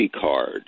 card